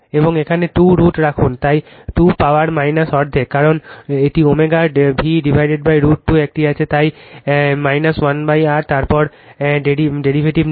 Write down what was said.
এবং এখানে 2 রুট রাখুন তাই 2 পাওয়ার অর্ধেক কারণ এটি ω V√এটি একটি তাই 1R তারপর ডেরিভেটিভটি নিন